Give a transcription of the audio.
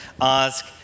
ask